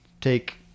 take